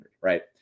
right